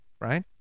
Right